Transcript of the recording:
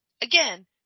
again